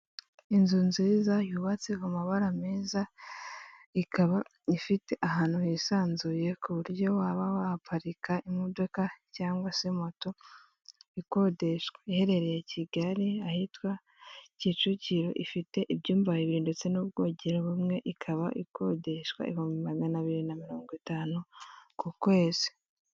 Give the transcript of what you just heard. Inzu nziza yubatse mu mabara meza, ikaba ifite ahantu hisanzuye ku buryo waba wahaparika imodoka cyangwa se moto, ikodeshwa iherereye Kigali ahitwa Kicukiro ifite ibyumba bibiri ndetse n'ubwogero bumwe, ikaba ikodeshwa ibihumbi magana abiri na mirongo itanu ku kwezi.